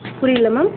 புரியல மேம்